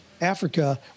Africa